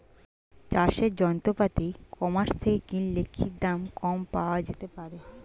চাষের যন্ত্রপাতি e commerce থেকে কিনলে কি দাম কম পাওয়া যেতে পারে?